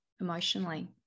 emotionally